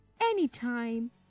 anytime